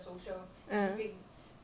mm